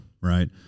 right